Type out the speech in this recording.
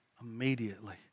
immediately